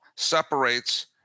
separates